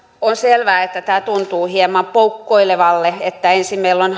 on selvää että tämä tuntuu hieman poukkoilevalle että ensin meillä on